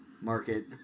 market